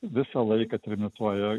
visą laiką trimituoja